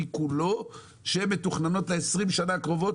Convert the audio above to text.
כולו שמתוכננות ל-20 שנים הקרובות,